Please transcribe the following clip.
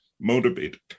motivated